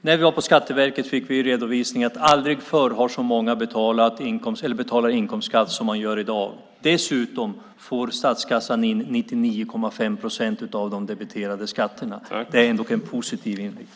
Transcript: När vi var på Skatteverket fick vi redovisat att aldrig förr har så många betalat inkomstskatt som i dag. Dessutom får statskassan in 99,5 procent av de debiterade skatterna. Det är ändå något positivt.